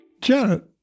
Janet